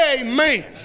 amen